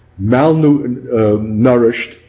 malnourished